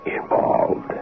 involved